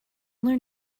learn